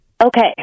Okay